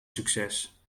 succes